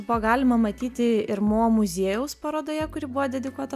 buvo galima matyti ir mo muziejaus parodoje kuri buvo dedikuota